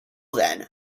then